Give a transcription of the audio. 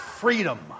freedom